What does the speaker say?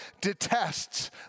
detests